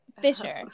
Fisher